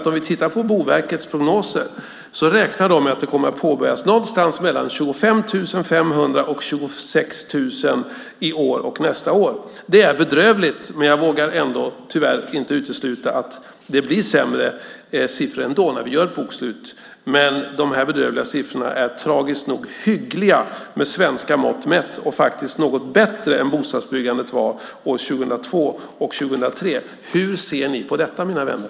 Om vi tittar på Boverkets prognoser framgår det att man räknar med att det kommer att påbörjas 25 500-26 000 bostäder i år och nästa år. Det är bedrövligt, men jag vågar tyvärr ändå inte utesluta att det blir sämre siffror när vi gör ett bokslut. Men dessa bedrövliga siffror för bostadsbyggandet är tragiskt nog hyggliga med svenska mått mätt och faktiskt något bättre än de var 2002 och 2003. Hur ser ni på detta mina vänner?